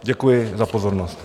Děkuji za pozornost.